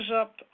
up